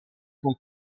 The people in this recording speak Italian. con